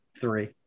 three